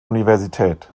universität